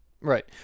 Right